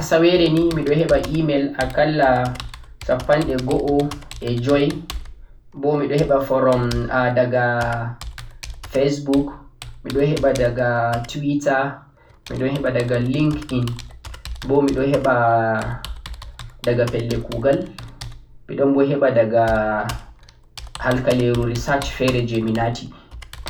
Haa asawere nii miɗon heɓa e-mail akalla sappo'e joi bo miɗon heɓa daga facebook, tweeter, linkedin bo miɗon heɓa daga pelle kugal be halkaleru bincike fere je mi nati